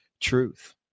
truth